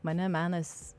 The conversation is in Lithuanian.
mane menas